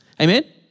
Amen